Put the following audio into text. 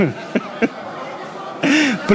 שמונה דקות?